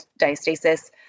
diastasis